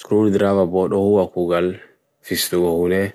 skrullidrawa bwad ohu wa kugal fisthu gohule